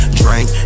drink